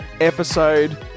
episode